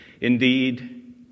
Indeed